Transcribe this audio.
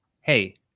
hey